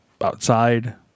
outside